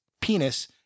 penis